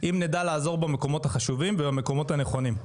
אם נדע לעזור במקומות החשובים ובמקומות הנכונים.